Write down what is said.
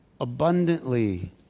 abundantly